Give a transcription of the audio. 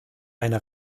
eine